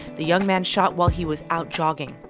the young man shot while he was out jogging.